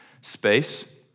space